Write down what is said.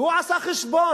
והוא עשה חשבון,